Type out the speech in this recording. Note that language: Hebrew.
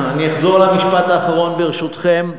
אני אחזור על המשפט האחרון, ברשותכם.